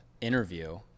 interview